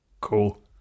cool